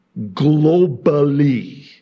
globally